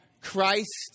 Christ